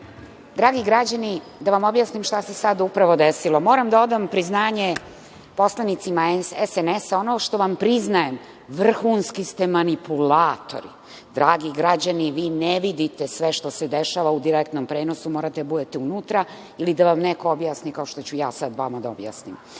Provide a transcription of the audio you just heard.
Hvala. Dragi građani, da vam objasnim šta se sada upravo desilo. Moram da odam priznanje poslanicima SNS. Ono što vam priznajem, vrhunski ste manipulatori. Dragi građani, vi ne vidite sve što se dešava u direktnom prenosu, morate da budete unutra ili da vam neko objasni, kao što ću ja sada vama da objasnim. Znači,